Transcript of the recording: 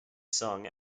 sung